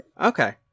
Okay